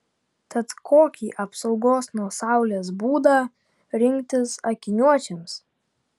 tad kokį apsaugos nuo saulės būdą rinktis akiniuočiams